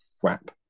crap